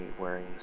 wearing